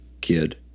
kid